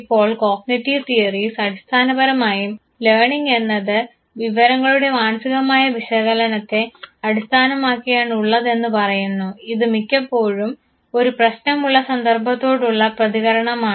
ഇപ്പോൾ cognitive theories അടിസ്ഥാനപരമായും learning എന്നത് വിവരങ്ങളുടെ മാനസികമായ വിശകലനത്തെ അടിസ്ഥാനമാക്കിയാണ് ഉള്ളതെന്നു പറയുന്നു ഇത് മിക്കപ്പോഴും ഒരു പ്രശ്നമുള്ള സന്ദർഭത്തോടുള്ള പ്രതികരണമാണ്